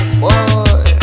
boy